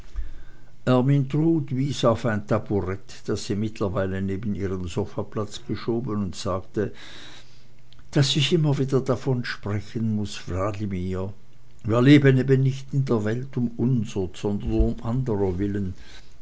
ermyntrud wies auf ein taburett das sie mittlerweile neben ihren sofaplatz geschoben und sagte daß ich immer wieder davon sprechen muß wladimir wir leben eben nicht in der welt um unsert sondern um andrer willen